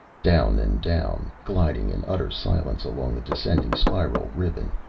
down and down, gliding in utter silence along the descending spiral ribbon.